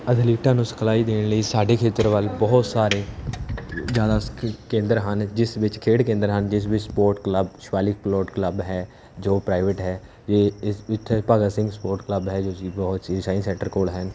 ਅਥਲੀਟਾਂ ਨੂੰ ਸਿਖਲਾਈ ਦੇਣ ਲਈ ਸਾਡੇ ਖੇਤਰ ਵੱਲ ਬਹੁਤ ਸਾਰੇ ਜ਼ਿਆਦਾ ਸ ਕੇਂਦਰ ਹਨ ਜਿਸ ਵਿੱਚ ਖੇਡ ਕੇਂਦਰ ਹਨ ਜਿਸ ਵਿੱਚ ਸਪੋਰਟ ਕਲੱਬ ਸ਼ਿਵਾਲਿਕ ਪਲੋਟ ਕਲੱਬ ਹੈ ਜੋ ਪ੍ਰਾਈਵੇਟ ਹੈ ਜੇ ਇਸ ਇੱਥੇ ਭਗਤ ਸਿੰਘ ਸਪੋਰਟ ਕਲੱਬ ਹੈ ਜੋ ਜੀ ਬਹੁਤ ਹੀ ਸਾਇੰਸ ਸੈਂਟਰ ਕੋਲ ਹੈ